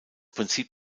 prinzip